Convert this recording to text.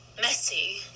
Messy